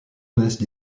naissent